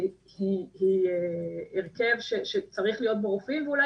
היא הרכב שצריך להיות בו רופאים ואולי